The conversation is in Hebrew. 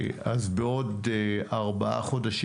אז בעוד ארבעה חודשים.